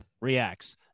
reacts